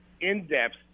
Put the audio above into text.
in-depth